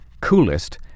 coolest